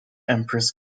empress